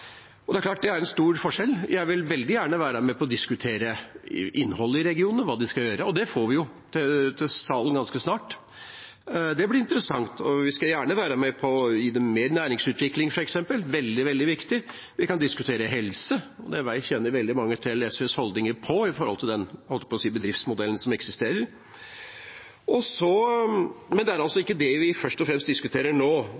Det er klart det er en stor forskjell. Jeg vil veldig gjerne være med på å diskutere innholdet i regionene, hva de skal gjøre, og det får vi jo til salen ganske snart. Det blir interessant. Vi er gjerne med på å gi dem mer næringsutvikling, f.eks., det er veldig, veldig viktig. Vi kan diskutere helse. Veldig mange kjenner til SVs holdninger når det gjelder den – jeg holdt på å si – bedriftsmodellen som eksisterer. Men det er altså ikke det vi først og fremst diskuterer nå.